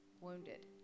wounded